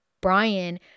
Brian